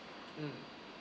mm